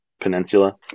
Peninsula